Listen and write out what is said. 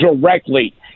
directly